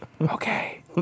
Okay